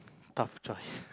tough choice